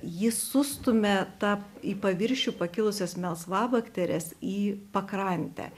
jį sustumia tą į paviršių pakilusias melsvabakteres į pakrantę